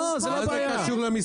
לא זה לא בעיה, זה לא קשור.